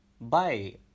Bye